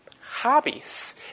hobbies